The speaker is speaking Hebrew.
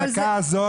בדקה הזאת.